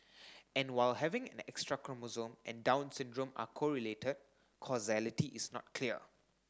and while having an extra chromosome and Down syndrome are correlated causality is not clear